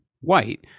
white